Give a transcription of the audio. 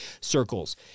circles